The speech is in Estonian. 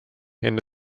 enne